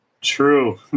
True